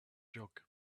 jug